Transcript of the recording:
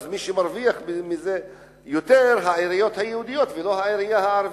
ומי שמרוויח מזה יותר הן העיריות היהודיות ולא העירייה הערבית.